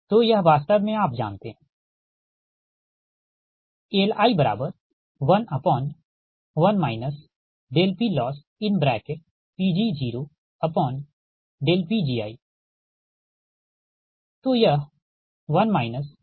तो यह वास्तव में आप जानते हैं Li11 PLossPg0Pgi